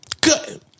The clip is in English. Good